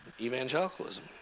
Evangelicalism